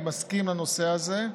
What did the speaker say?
אני מסכים בנושא הזה.